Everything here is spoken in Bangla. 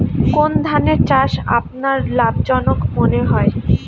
কোন ধানের চাষ আপনার লাভজনক মনে হয়?